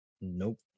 Nope